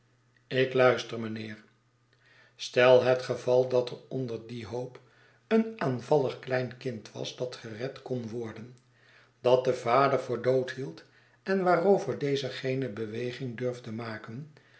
ik luister mijnheer stel het geval dat er onder dien hoop een aanvallig klein kind was dat gered kon worden dat de vader voor dood hield en waarover deze geene beweging durfde maken